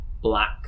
black